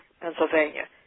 Pennsylvania